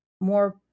more